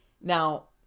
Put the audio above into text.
now